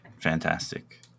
fantastic